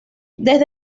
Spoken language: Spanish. desde